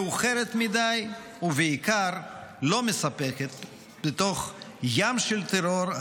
מאוחרת מדי ובעיקר לא מספקת בתוך ים של טרור,